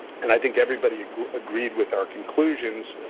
and i think everybody agreed with our conclusions,